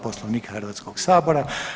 Poslovnika Hrvatskog sabora.